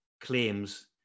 claims